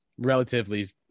relatively